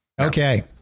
Okay